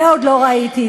זה עוד לא ראיתי.